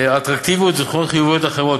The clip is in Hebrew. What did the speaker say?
אטרקטיביות ותכונות חיוביות אחרות.